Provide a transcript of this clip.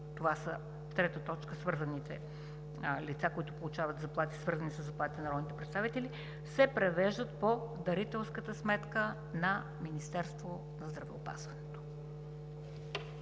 т. 3 – по т. 3 са лицата, които получават заплати, свързани със заплатите на народните представители – се превеждат по дарителската сметка на Министерството на здравеопазването“.